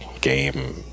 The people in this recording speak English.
game